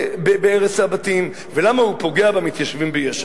בהרס הבתים, ולמה הוא פוגע במתיישבים ביש"ע.